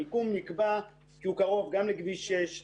המיקום נקבע כי הוא קרוב לכביש 6,